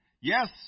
yes